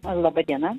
laba diena